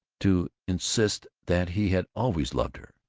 to insist that he had always loved her,